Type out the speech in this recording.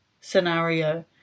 scenario